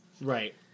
Right